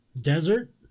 Desert